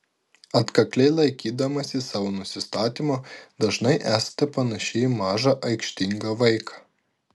atkakliai laikydamasi savo nusistatymo dažnai esate panaši į mažą aikštingą vaiką